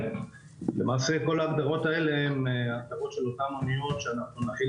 למעשה כל ההגדרות האלה הן הגדרות של אותן אמירות שנחיל